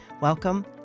Welcome